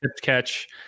catch